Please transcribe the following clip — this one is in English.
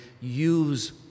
use